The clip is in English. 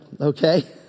okay